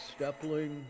Stepling